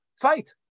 Fight